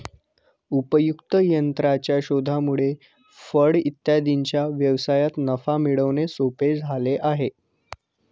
उपयुक्त यंत्राच्या शोधामुळे फळे इत्यादींच्या व्यवसायात नफा मिळवणे सोपे झाले आहे